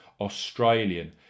Australian